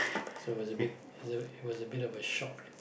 so was a bit is a it was a bit of a shock